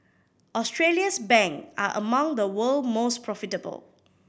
Australia's bank are among the world's most profitable